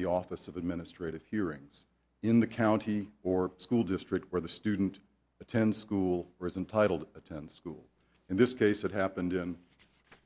the office of administrative hearings in the county or school district where the student attends school or is untitled attend school in this case it happened and